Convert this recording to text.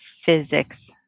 physics